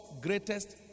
Greatest